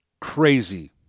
crazy